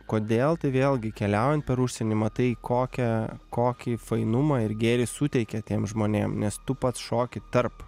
kodėl tai vėlgi keliaujant per užsienį matai kokią kokį fainumą ir gėrį suteikia tiem žmonėm nes tu pats šoki tarp